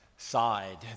Side